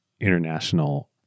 international